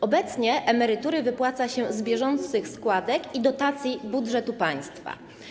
Obecnie emerytury wypłaca się z bieżących składek i dotacji budżetu państwa.